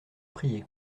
prier